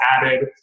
added